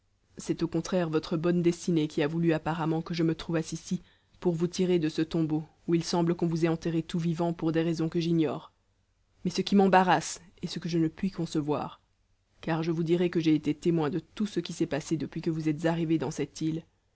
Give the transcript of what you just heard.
c'est au contraire votre bonne destinée qui a voulu apparemment que je me trouvasse ici pour vous tirer de ce tombeau où il semble qu'on vous ait enterré tout vivant pour des raisons que j'ignore mais ce qui m'embarrasse et ce que je ne puis concevoir car je vous dirai que j'ai été témoin de tout ce qui s'est passé depuis que vous êtes arrivé dans cette île